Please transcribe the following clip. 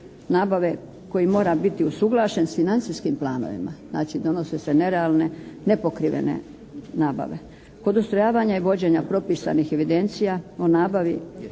nabave koji mora biti usuglašen sa financijskim planovima, znači donose se nerealne, nepokrivene nabave. Kod ustrojavanja i vođenja propisanih evidencija o nabavi